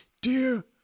Dear